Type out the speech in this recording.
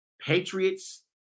Patriots